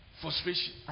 frustration